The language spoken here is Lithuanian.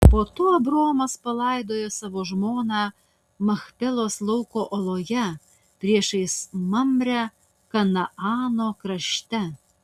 po to abraomas palaidojo savo žmoną machpelos lauko oloje priešais mamrę kanaano krašte